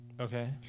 okay